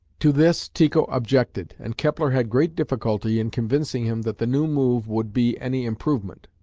to this tycho objected, and kepler had great difficulty in convincing him that the new move would be any improvement,